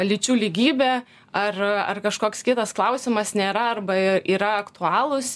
lyčių lygybė ar ar kažkoks kitas klausimas nėra arba yra aktualūs